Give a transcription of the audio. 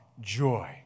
joy